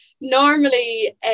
Normally